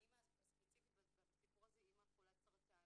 האימא בסיפור הזה היא חולת סרטן.